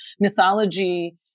mythology